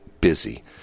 busy